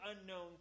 unknown